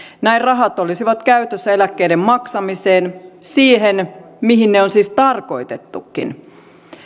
näin rahat olisivat käytössä eläkkeiden maksamiseen siihen mihin ne on siis tarkoitettukin